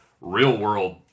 real-world